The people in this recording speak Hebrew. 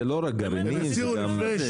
זה לא רק גרעינים, זה גם מכסות.